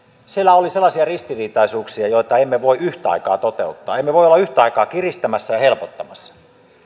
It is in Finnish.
siellä oli sellaisia ristiriitaisuuksia joita emme voi yhtä aikaa toteuttaa emme voi olla yhtä aikaa kiristämässä ja helpottamassa